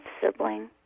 sibling